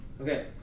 Okay